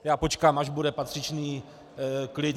Já počkám, až bude patřičný klid.